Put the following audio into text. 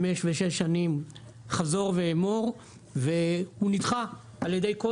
חמש ושש שנים חזור ואמור והוא נדחה על ידי כל